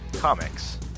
Comics